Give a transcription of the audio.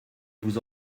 vous